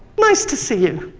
nice to see you.